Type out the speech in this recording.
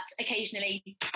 occasionally